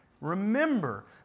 Remember